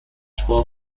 four